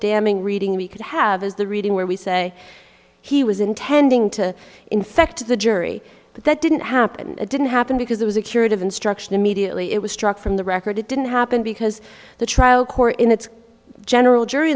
damning reading we could have is the reading where we say he was intending to infect the jury but that didn't happen it didn't happen because it was a curative instruction immediately it was struck from the record it didn't happen because the trial court in its general jury